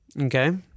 Okay